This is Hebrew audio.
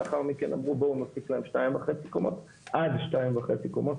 לאחר מכן אמרו בואו נוסיף להם עד שתיים וחצי קומות.